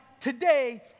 today